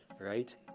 Right